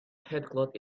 headcloth